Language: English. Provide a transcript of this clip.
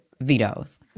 vetoes